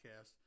podcast